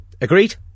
Agreed